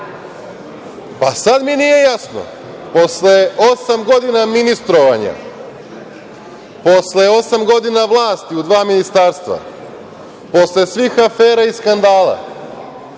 mi nije jasno, posle osam godina ministrovanja, posle osam godina vlasti u dva ministarstva, posle svih afera i skandala,